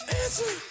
answer